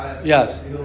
Yes